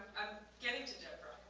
i'm getting to deborah.